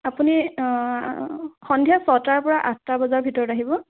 আপুনি সন্ধিয়া ছটাৰ পৰা আঁঠটা বজাৰ ভিতৰত আহিব